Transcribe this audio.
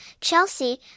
Chelsea